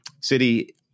City